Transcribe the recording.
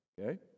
okay